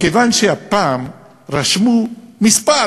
מכיוון שהפעם רשמו מספר